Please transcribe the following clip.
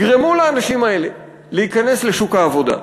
יגרמו לאנשים האלה להיכנס לשוק העבודה.